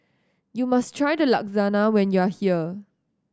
you must try Lasagna when you are here